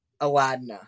Aladdin